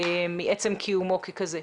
מעצם קיומו ככזה.